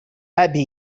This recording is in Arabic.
أبي